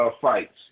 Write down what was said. fights